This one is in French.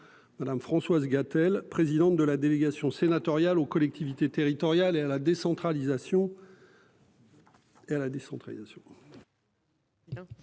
Madame, Françoise Gatel, présidente de la délégation sénatoriale aux collectivités territoriales et à la décentralisation.